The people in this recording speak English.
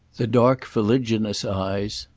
the dark fuliginous eyes,